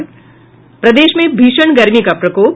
और प्रदेश में भीषण गर्मी का प्रकोप